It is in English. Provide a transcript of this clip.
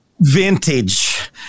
Vintage